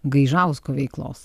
gaižausko veiklos